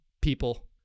people